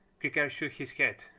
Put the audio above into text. creaker shook his head.